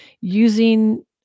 using